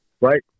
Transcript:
Right